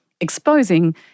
exposing